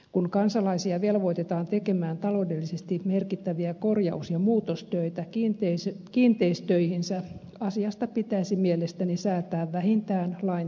kun kansalaisia velvoitetaan tekemään taloudellisesti merkittäviä korjaus ja muutostöitä kiinteistöihinsä asiasta pitäisi mielestäni säätää vähintään lain tasoisella säädöksellä